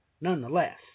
nonetheless